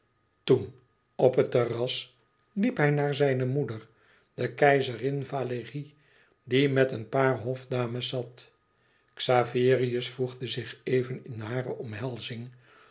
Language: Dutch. toen op het terras liep hij naar zijne moeder de keizerin valérie die met een paar hofdames zat xaverius voegde zich even in hare omhelzing